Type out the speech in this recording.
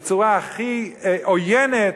בצורה הכי עוינת,